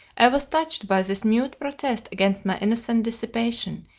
i was touched by this mute protest against my innocent dissipation,